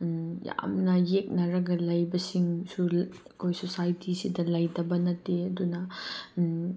ꯌꯥꯝꯅ ꯌꯦꯛꯅꯔꯒ ꯂꯩꯕꯁꯤꯡꯁꯨ ꯑꯩꯈꯣꯏ ꯁꯣꯁꯥꯏꯇꯤꯁꯤꯗ ꯂꯩꯇꯕ ꯅꯠꯇꯦ ꯑꯗꯨꯅ